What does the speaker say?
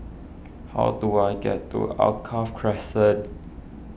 how do I get to Alkaff Crescent